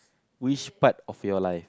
which part of your life